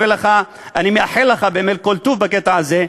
אני מאחל לך באמת כל טוב בקטע הזה,